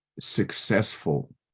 Successful